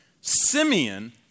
Simeon